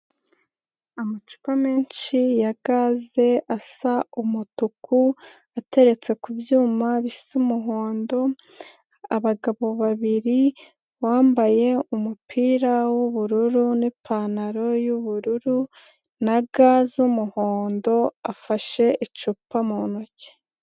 Amacupa menshi ya gaze asa umutuku ateretse ku byuma bisa umuhondo, abagabo babiri bambaye umupira w'ubururu n'ipantaro y'ubururu na ga z'umuhondo afashe icupa mu ntoki.